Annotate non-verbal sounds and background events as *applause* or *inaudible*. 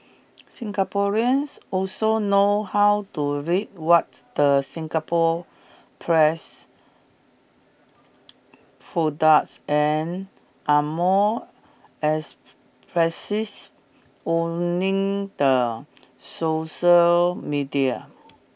Singaporeans also know how to read what the Singapore press *hesitation* products and are more expressive owning the social media